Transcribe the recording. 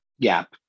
gap